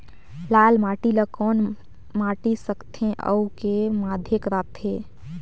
लाल माटी ला कौन माटी सकथे अउ के माधेक राथे?